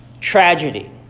tragedy